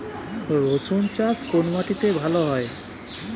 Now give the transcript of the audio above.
রুসুন চাষ কোন মাটিতে ভালো হয়?